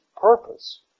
purpose